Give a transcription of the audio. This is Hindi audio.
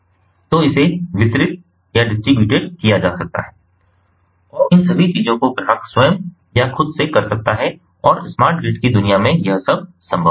तो इसे वितरित किया जा सकता है और इन सभी चीजों को ग्राहक स्वयं या खुद से कर सकता है और स्मार्ट ग्रिड की दुनिया में यह सब संभव है